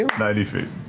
ninety feet.